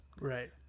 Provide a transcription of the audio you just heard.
Right